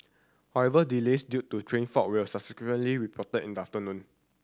however delays due to train fault were subsequently reported in the afternoon